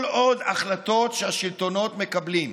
כל עוד ההחלטות שהשלטונות מקבלים,